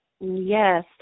Yes